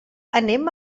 anem